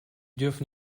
dürfen